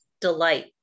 delight